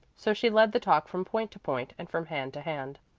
so she led the talk from point to point and from hand to hand.